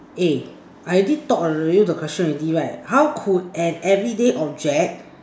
eh I already talked already the question already right how could an everyday object